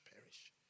perish